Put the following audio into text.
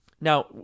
Now